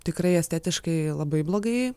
tikrai estetiškai labai blogai